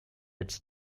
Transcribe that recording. its